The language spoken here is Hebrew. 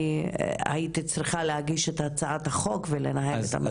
הייתי צריכה להגיש את הצעת החוק ולנהל את המלחמה הזו.